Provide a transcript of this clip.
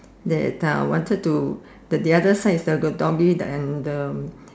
there uh wanted to the the other side the doggie and um